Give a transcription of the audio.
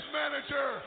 manager